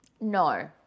No